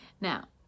Now